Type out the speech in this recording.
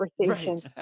conversation